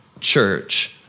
church